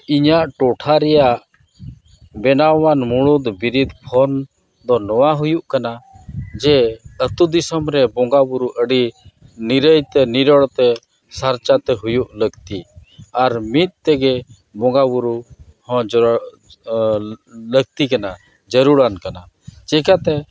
ᱤᱧᱟᱹᱜ ᱴᱚᱴᱷᱟ ᱨᱮᱭᱟᱜ ᱵᱮᱱᱟᱣᱟᱱ ᱢᱩᱬᱩᱫ ᱵᱤᱨᱤᱫ ᱠᱷᱚᱱ ᱫᱚ ᱱᱚᱣᱟ ᱦᱩᱭᱩᱜ ᱠᱟᱱᱟ ᱡᱮ ᱟᱛᱳ ᱫᱤᱥᱚᱢ ᱨᱮ ᱵᱚᱸᱜᱟ ᱵᱳᱨᱳ ᱟᱹᱰᱤ ᱱᱤᱨᱟᱹᱭ ᱛᱮ ᱱᱤᱨᱚᱲ ᱛᱮ ᱥᱟᱨᱪᱟ ᱛᱮ ᱦᱩᱭᱩᱜ ᱞᱟᱹᱠᱛᱤ ᱟᱨ ᱢᱤᱫ ᱛᱮᱜᱮ ᱵᱚᱸᱜᱟ ᱵᱳᱨᱳ ᱦᱚᱸ ᱡᱚᱲᱟᱣ ᱞᱟᱹᱠᱛᱤ ᱠᱟᱱᱟ ᱡᱟᱹᱨᱩᱲᱟᱱ ᱠᱟᱱᱟ ᱪᱤᱠᱟᱹᱛᱮ